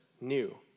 new